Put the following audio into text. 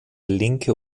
linke